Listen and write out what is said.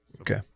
Okay